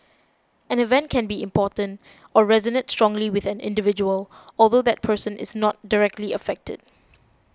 an event can be important or resonate strongly with an individual although that person is not directly affected